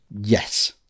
Yes